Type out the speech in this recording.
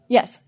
Yes